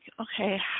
okay